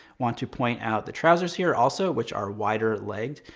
want to point out the trousers here also, which are wider legged.